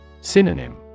Synonym